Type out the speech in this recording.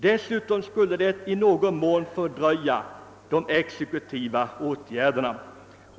Dessutom skulle det i någon mån fördröja de exekutiva åtgärderna.